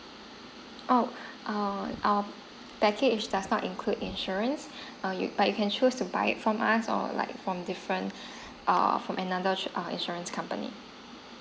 oh err um baggage does not include insurance err you but you can choose to buy it from us or like from difference err from another ins~ insurance company